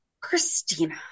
Christina